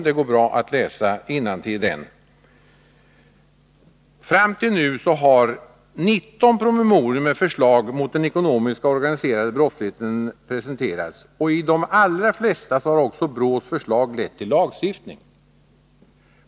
57 Fram till nu har alltså 19 promemorior med förslag mot den ekonomiska och organiserade brottsligheten presenterats, och i de allra flesta fall har BRÅ: s förslag också lett till lagstiftning.